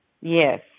Yes